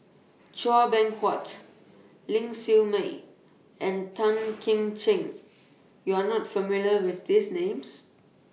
Chua Beng Huat Ling Siew May and Tan Kim Ching YOU Are not familiar with These Names